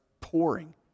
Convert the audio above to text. pouring